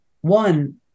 one